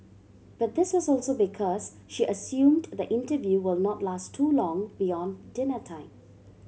but this was also because she assumed the interview will not last too long beyond dinner time